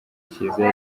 kiliziya